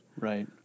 right